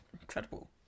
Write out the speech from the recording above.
incredible